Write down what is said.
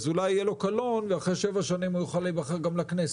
אז אולי יהיה לו קלון ואחרי שבע שנים הוא יוכל גם להיבחר לכנסת.